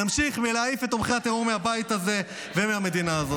נמשיך להעיף את תומכי הטרור מהבית הזה ומהמדינה הזאת.